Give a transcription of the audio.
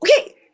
okay